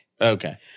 Okay